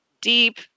deep